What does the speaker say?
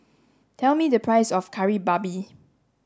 tell me the price of Kari Babi